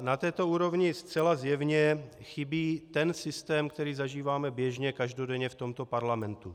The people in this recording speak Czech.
Na této úrovni zcela zjevně chybí ten systém, který zažíváme běžně, každodenně v tomto parlamentu.